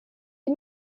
die